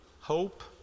hope